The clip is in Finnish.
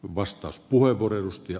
arvoisa puhemies